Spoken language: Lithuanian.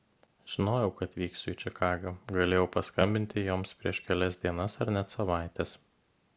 žinojau kad vyksiu į čikagą galėjau paskambinti joms prieš kelias dienas ar net savaites